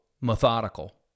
methodical